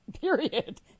period